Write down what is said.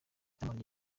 diamond